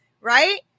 right